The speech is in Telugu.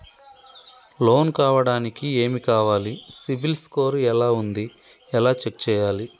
లోన్ కావడానికి ఏమి కావాలి సిబిల్ స్కోర్ ఎలా ఉంది ఎలా చెక్ చేయాలి?